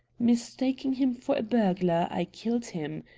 mistaking him for a burglar, i killed him.